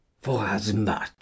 forasmuch